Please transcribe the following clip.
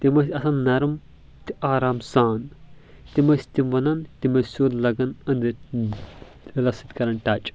تِم ٲسۍ آسان نرم تہٕ آرام سان تِم ٲسۍ تِم ونان تِم ٲسۍ سیوٚد لگان أنٛدٕرۍ دِلس سۭتۍ کران ٹچ